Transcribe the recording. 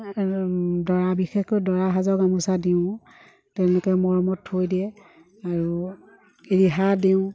দৰা বিশেষকৈ দৰাসাজৰ গামোচা দিওঁ তেওঁলোকে মৰমত থৈ দিয়ে আৰু ৰিহা দিওঁ